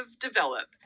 develop